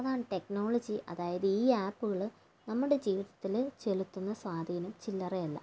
അതാണ് ടെക്നോളജി അതായത് ഈ ആപ്പുകളു നമ്മുടെ ജീവിതത്തിൽ ചെലുത്തുന്ന സ്വാധീനം ചില്ലറയല്ല